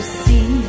see